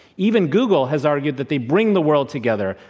even google has argued that they bring the world together